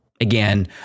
Again